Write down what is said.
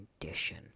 condition